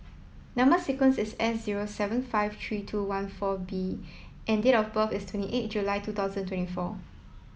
number sequence is S zero seven five three two one four B and date of birth is twenty eight July two thousand and twenty four